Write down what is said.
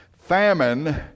Famine